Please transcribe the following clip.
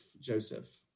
Joseph